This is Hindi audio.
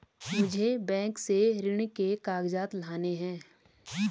मुझे बैंक से ऋण के कागजात लाने हैं